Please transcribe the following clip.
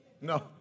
No